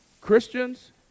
Christians